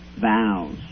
vows